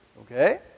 Okay